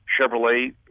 Chevrolet